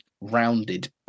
rounded